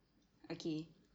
okay